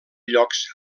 llocs